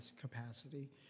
capacity